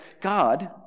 God